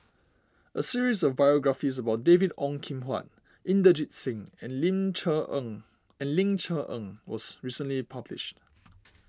a series of biographies about David Ong Kim Huat Inderjit Singh and Ling Cher Eng and Ling Cher Eng was recently published